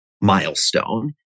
milestone